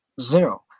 Zero